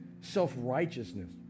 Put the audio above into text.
self-righteousness